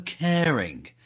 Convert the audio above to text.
caring